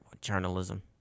Journalism